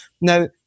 Now